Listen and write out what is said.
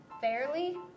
fairly